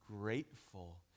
grateful